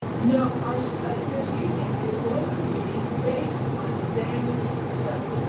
now, our study this evening is going to be based on daniel seven.